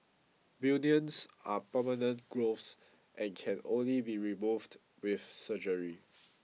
bunions are permanent growths and can only be removed with surgery